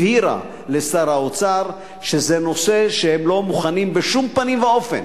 הבהירה לשר האוצר שזה נושא שהם לא מוכנים בשום פנים ואופן